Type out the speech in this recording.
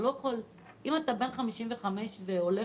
אם אתה בן 55 והולך,